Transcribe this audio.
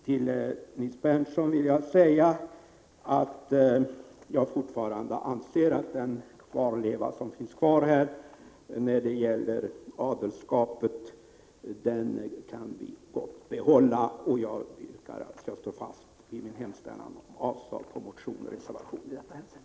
Till Nils Berndtson vill jag säga att jag fortfarande anser att vi gott kan behålla den kvarleva som vi har när det gäller bestämmelser om adeln. Jag står fast vid hemställan om avslag på motion och reservation i detta hänseende.